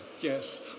Yes